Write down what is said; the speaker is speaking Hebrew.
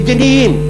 מדיניים,